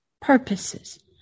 purposes